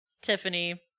Tiffany